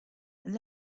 and